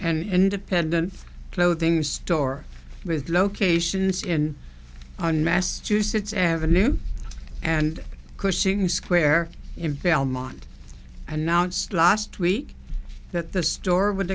an independent clothing store with locations in on massachusetts avenue and cushing square in belmont announced last week that the store would